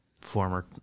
Former